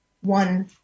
one